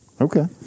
Okay